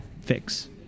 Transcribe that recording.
fix